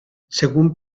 según